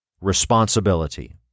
responsibility